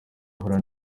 ahura